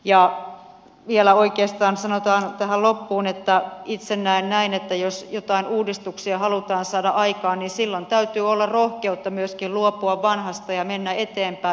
sanotaan vielä tähän loppuun että itse näen näin että jos joitakin uudistuksia halutaan saada aikaan niin silloin täytyy olla myöskin rohkeutta luopua vanhasta ja mennä eteenpäin